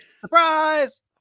Surprise